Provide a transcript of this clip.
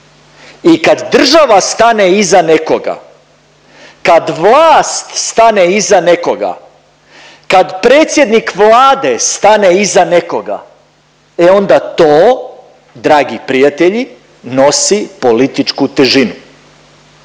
i kad država stane iza nekoga, kad vlast stane iza nekoga, kad predsjednik Vlade stane iza nekoga, e onda to dragi prijatelji nosi političku težinu,